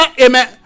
amen